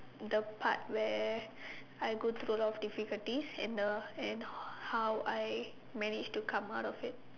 the part where I go through a lot of difficulties and the how I manage to come out of it